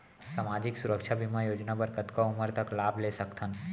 सामाजिक सुरक्षा बीमा योजना बर कतका उमर तक लाभ ले सकथन?